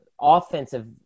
offensive